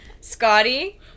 Scotty